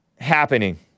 happening